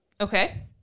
Okay